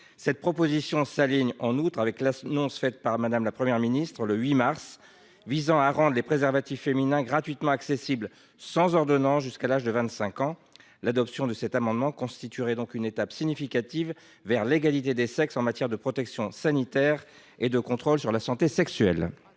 Cette proposition s’aligne, en outre, avec l’annonce faite par Mme la Première ministre le 8 mars dernier, visant à rendre les préservatifs féminins gratuitement accessibles sans ordonnance jusqu’à l’âge de 25 ans. L’adoption de cet amendement constituerait une étape significative vers l’égalité des sexes en matière de protection sanitaire et de contrôle sur la santé sexuelle.